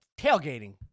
Tailgating